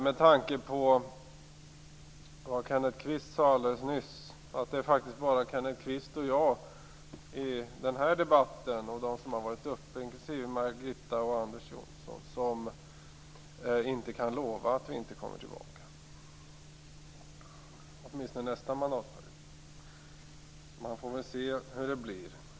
Med tanke på vad Kenneth Kvist sade alldeles nyss tror jag faktiskt att det bara är Kenneth Kvist och jag av dem som deltar i denna och tidigare debatt, inklusive Margitta Edgren och Anders Johnson, som inte kan lova att vi inte kommer tillbaka åtminstone nästa mandatperiod. Man får se hur det blir.